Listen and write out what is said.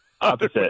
Opposite